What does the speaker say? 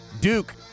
Duke